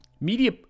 media